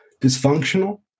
dysfunctional